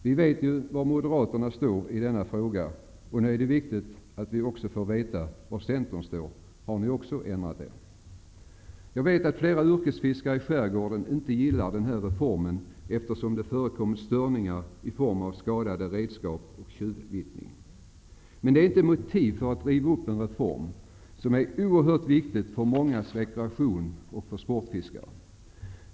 Vi vet var Moderaterna står i denna fråga, och nu är det viktigt att vi också får veta var Centern står. Har ni också ändrat er? Jag vet att flera yrkesfiskare i skärgården inte gillar den här reformen, eftersom det förekom störningar i form av skadade redskap och tjuvvittjning. Men det är inte motiv för att riva upp en reform som är oerhört viktig för mångas rekreation och för sportfiskare.